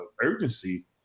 urgency